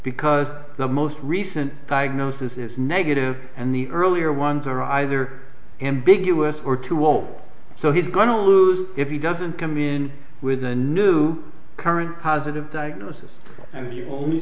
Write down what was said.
because the most recent diagnosis is negative and the earlier ones are either ambiguous or to all so he's going to lose if he doesn't come in with a new current positive diagnosis and the only